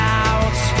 out